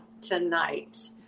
tonight